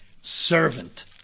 servant